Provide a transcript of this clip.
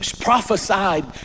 prophesied